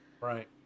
Right